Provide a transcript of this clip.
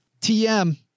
TM